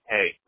Hey